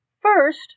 First